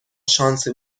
شانس